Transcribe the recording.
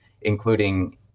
including